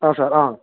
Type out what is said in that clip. ಹಾಂ ಸರ್ ಆಂ